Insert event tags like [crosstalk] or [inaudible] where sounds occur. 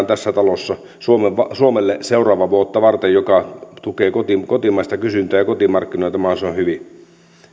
[unintelligible] tässä talossa aikaan suomelle sellainen talousarvio seuraavaa vuotta varten joka tukee kotimaista kysyntää ja kotimarkkinoita mahdollisimman hyvin